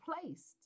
placed